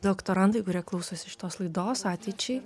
doktorantai kurie klausosi šitos laidos ateičiai